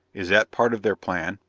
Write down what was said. is that part of their plan?